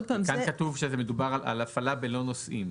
כאן כתוב שמדובר על הפעלה בלא נוסעים.